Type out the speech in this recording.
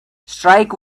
strike